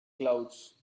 clouds